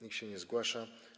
Nikt się nie zgłasza.